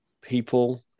people